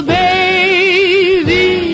baby